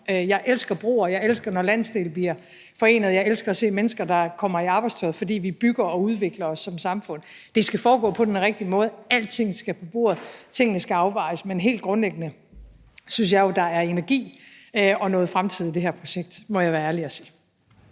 Jeg elsker broer, og jeg elsker, når landsdele bliver forenet, og jeg elsker at se mennesker, der kommer i arbejdstøjet, fordi vi bygger og udvikler os som samfund. Det skal foregå på den rigtige måde. Alting skal på bordet, og tingene skal afvejes, men helt grundlæggende synes jeg jo, at der er energi og fremtid i det her projekt – må jeg være ærlig og sige.